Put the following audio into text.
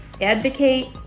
advocate